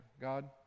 God